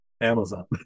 Amazon